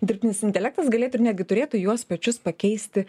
dirbtinis intelektas galėtų ir netgi turėtų juos pačius pakeisti